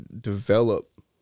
develop